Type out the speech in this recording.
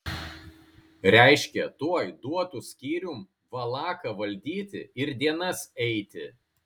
reiškia tuoj duotų skyrium valaką valdyti ir dienas eiti